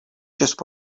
just